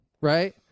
right